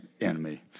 Enemy